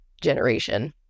generation